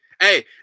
Hey